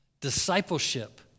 Discipleship